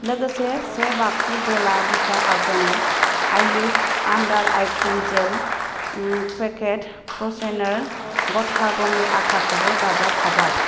लोगोसे से बाक्सु बेला विटा अर्गेनिक आइलिफ्ट आन्दार आइ क्रिम जेल पेकेट प्र' नेचार गथा गमनि आटाखौबो दाजाबफाबाव